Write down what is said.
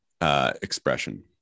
expression